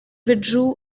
withdrew